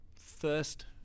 first